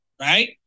right